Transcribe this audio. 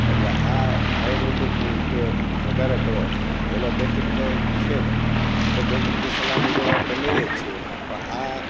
એટલે આ આયુર્વેદીકનો ઉપયોગ વધારે કરો એલોપેથિક તો છે જ એ તો ડોક્ટરની સલાહ મુજબ આપણે લઈએ જ છીએ પણ આ